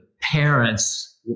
parents